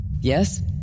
Yes